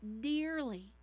dearly